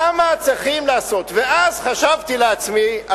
ואז חשבתי לעצמי,